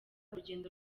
urugendo